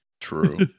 true